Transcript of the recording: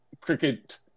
cricket